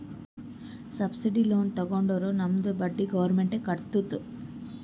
subsidised loan ತಗೊಂಡುರ್ ನಮ್ದು ಬಡ್ಡಿ ಗೌರ್ಮೆಂಟ್ ಎ ಕಟ್ಟತ್ತುದ್